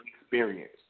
experience